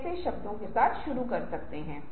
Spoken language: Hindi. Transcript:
ये आपको कुछ खास बातें सिखाते हैं